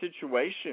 situation